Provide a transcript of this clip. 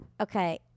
Okay